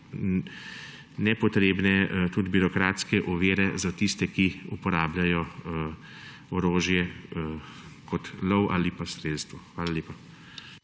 nepotrebne tudi birokratske ovire za tiste, ki uporabljajo orožje za lov ali pa strelstvo. Hvala lepa.